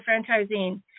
Franchising